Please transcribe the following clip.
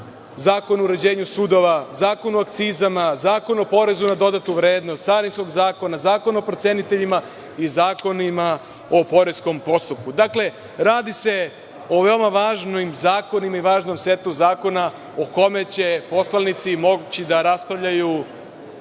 Zakon o uređenju sudova, Zakon o akcizama, Zakon o porezu na dodatu vrednost, Carinskog zakona, Zakon o proceniteljima i zakonima o poreskom postupku. Radi se o veoma važnim zakonima i važnom setu zakona o kome će poslanici moći da raspravljaju